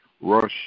Russia